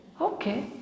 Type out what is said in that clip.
Okay